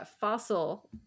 Fossil